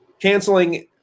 canceling